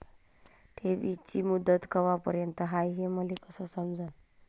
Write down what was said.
ठेवीची मुदत कवापर्यंत हाय हे मले कस समजन?